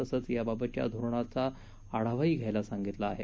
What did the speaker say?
तसंच याबाबतच्या धोरणाचा आढावाही घ्यायला सांगितलं आहे